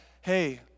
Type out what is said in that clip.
hey